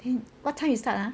then what time you start ah